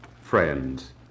Friends